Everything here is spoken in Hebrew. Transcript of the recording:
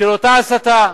של אותה הסתה,